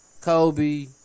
Kobe